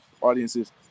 audiences